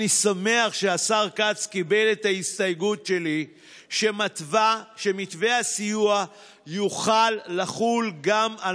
אני שמח שהשר כץ קיבל את ההסתייגות שלי שמתווה הסיוע יוכל לחול גם על